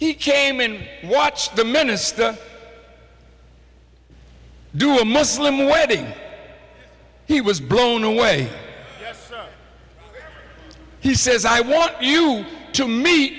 he came in watched the minister do a muslim wedding he was blown away he says i want you to me